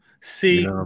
See